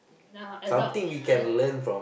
uh adult uh